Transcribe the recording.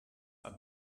are